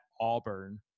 Auburn